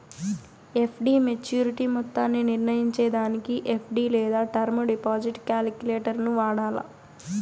FD maturity మొత్తాన్ని నిర్నయించేదానికి FD లేదా టర్మ్ డిపాజిట్ కాలిక్యులేటరును వాడాల